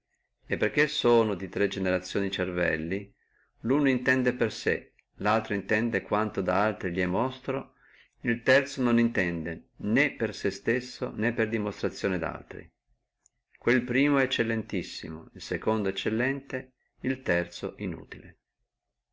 e perché sono di tre generazione cervelli luno intende da sé laltro discerne quello che altri intende el terzo non intende né sé né altri quel primo è eccellentissimo el secondo eccellente el terzo inutile